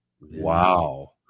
Wow